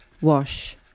wash